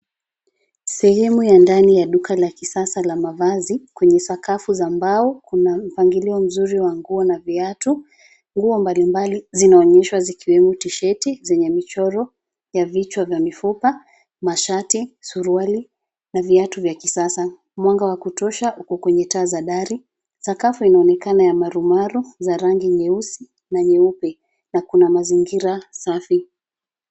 Sehemu ya ndani ya duka la kisasa la mavazi. Kwenye sakafu za mbao kuna mpangilio mzuri wa nguo na viatu. Nguo mbalimbali zinazoonyeshwa zikiwemo tisheti zenye michoro ya vichwa vya mifupa, mashati, suruali na viatu vya kisasa. Mwanga wa kutosha uko kwenye taa za dari. Sakafu inaonekana ya marumaru za rangi nyeusi na nyeupe na kuna mazingira safi.